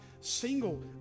Single